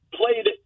played